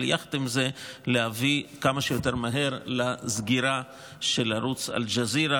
אבל יחד עם זה להביא כמה שיותר מהר לסגירה של ערוץ אל-ג'זירה,